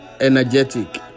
energetic